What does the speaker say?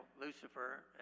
Lucifer